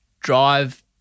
drive